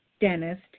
dentist